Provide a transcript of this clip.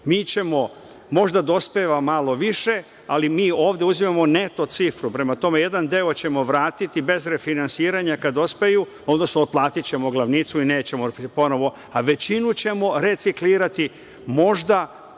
Možda dospeva malo više, ali mi ovde uzimamo neto cifru. Prema tome, jedan deo ćemo vratiti bez refinansiranja kada dospeju, odnosno otplatićemo glavnicu i nećemo ponovo, a većinu ćemo reciklirati možda